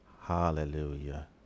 Hallelujah